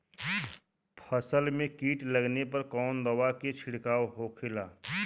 फसल में कीट लगने पर कौन दवा के छिड़काव होखेला?